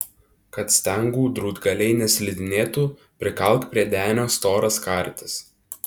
kad stengų drūtgaliai neslidinėtų prikalk prie denio storas kartis